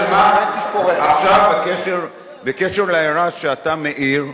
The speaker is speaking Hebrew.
עכשיו בקשר להערה שאתה מעיר,